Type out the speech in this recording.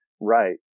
Right